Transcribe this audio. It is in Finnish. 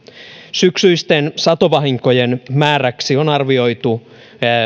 syksyisten satovahinkojen määräksi on arvioitu